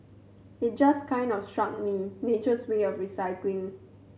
it just kind of struck me nature's way of recycling